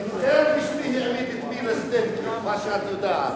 אני זוכר מי העמיד את מי, מה שאת יודעת.